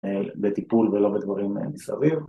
בטיפול ולא בדברים מסביב